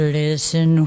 listen